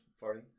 party